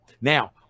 Now